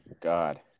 God